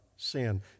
sin